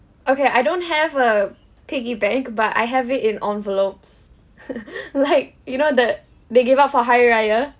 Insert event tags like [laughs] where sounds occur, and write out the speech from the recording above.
okay I don't have a piggy bank but I have it in envelopes [laughs] like you know the they gave out for hari raya